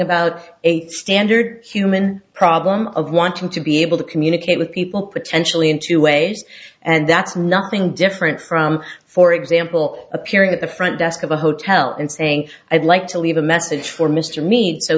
about a standard human problem of wanting to be able to communicate with people potentially in two ways and that's nothing different from for example appearing at the front desk of a hotel and saying i'd like to leave a message for m